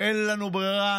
אין לנו ברירה,